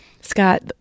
Scott